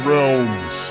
Realms